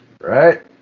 Right